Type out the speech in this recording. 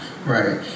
right